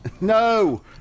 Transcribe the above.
No